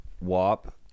WAP